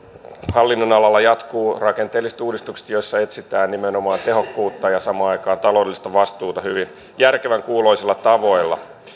hallinnonalalla jatkuvat rakenteelliset uudistukset joissa etsitään nimenomaan tehokkuutta ja samaan aikaan taloudellista vastuuta hyvin järkevän kuuloisilla tavoilla